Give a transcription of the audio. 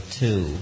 two